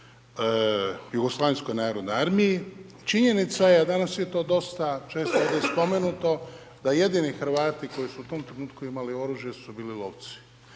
Jugoslavenskoj narodnoj armiji. Činjenica je a danas je to dosta često ovdje spomenuto da jedini Hrvati koji su u tome trenutku imali oružje su bili lovci.